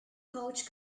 coach